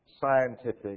scientific